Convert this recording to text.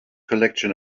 collection